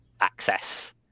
access